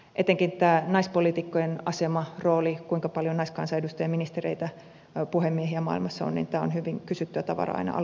etenkin tämä naispoliitikkojen asema rooli kuinka paljon naiskansanedustajia ministereitä puhemiehiä maailmassa on on hyvin kysyttyä tavaraa aina alkuvuodesta